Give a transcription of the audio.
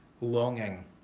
longing